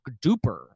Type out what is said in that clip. duper